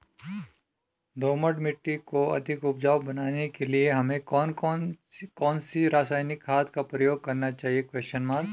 दोमट मिट्टी को अधिक उपजाऊ बनाने के लिए हमें कौन सी रासायनिक खाद का प्रयोग करना चाहिए?